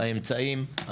האמצעים,